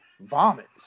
vomits